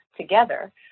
together